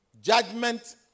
Judgment